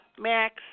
max